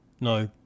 No